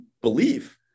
belief